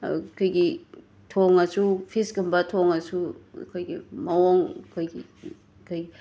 ꯑꯩꯈꯣꯏꯒꯤ ꯊꯣꯡꯉꯁꯨ ꯐꯤꯁꯀꯨꯝꯕ ꯊꯣꯡꯉꯁꯨ ꯑꯩꯈꯣꯏꯒꯤ ꯃꯑꯣꯡ ꯑꯩꯈꯣꯏꯒꯤ ꯑꯩꯈꯣꯏ